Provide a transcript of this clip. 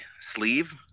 sleeve